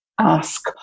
ask